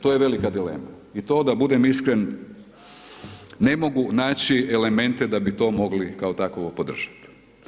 To je velika dilema i to da budem iskren ne mogu naći elemente da bi to mogli kao takvo podržati.